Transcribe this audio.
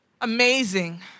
amazing